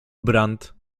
brant